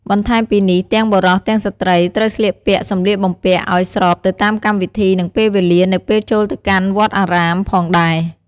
បន្ថែមពីនេះទាំងបុរសទាំងស្រ្តីត្រូវស្លៀកពាក់សម្លៀកបំពាក់ឲ្យស្របទៅតាមកម្មវិធីនិងពេលវេលានៅពេលចូលទៅកាន់វត្តអារាមផងដែរ។